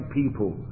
people